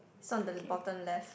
it's on the bottom left